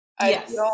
Yes